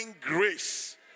grace